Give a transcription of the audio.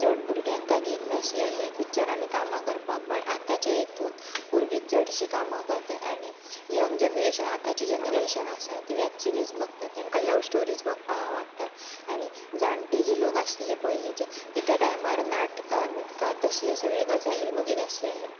चड भुरग्यांक काय घेयीच नासलेले पिक्चरांनी कामां करपाक बट आतांच्या हेतून भुरगींच चडशीं कामां करतात आनी यंग जनरेशन आतांची जनरेशन आसा ती वॅब सिरीझ बघतात तेंकां लव श्टोरीज बघपाक आवडटात आनी जाणटे जे लोक आसलेले पयलींचे ते त्या टायमार नाटकां बिटकां तसलीं सगळे गजाली बघीत आसलेले